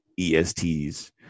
ests